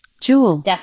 Jewel